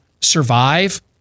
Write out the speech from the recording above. survive